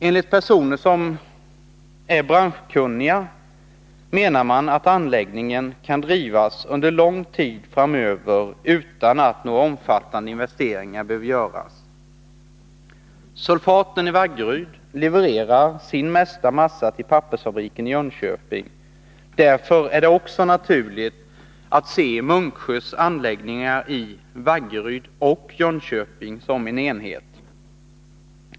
Enligt personer som är branschkunniga kan anläggningen drivas under lång tid framöver utan att några omfattande investeringar behöver göras. Sulfaten i Vaggeryd levererar det mesta av sin massa till pappersfabriken i Jönköping. Därför är det också naturligt att se Munksjös anläggningar i Vaggeryd och Jönköping som en enhet.